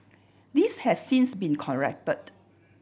this has since been corrected